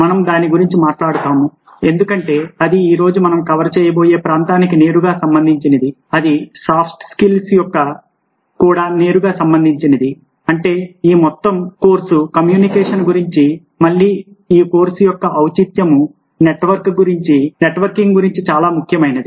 మనం దాని గురించి మాట్లాడుతాము ఎందుకంటే అది ఈ రోజు మనం కవర్ చేయబోయే ప్రాంతానికి నేరుగా సంబంధించినది అది సాఫ్ట్ స్కిల్స్కు కూడా నేరుగా సంబంధించినది అంటే ఈ మొత్తం కోర్సు కమ్యూనికేషన్ గురించి మళ్ళీ ఈ కోర్సు యొక్క ఔచిత్యం నెట్వర్కింగ్ గురించి ఎలా ముఖ్యమైనది